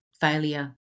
failure